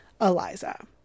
Eliza